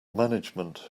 management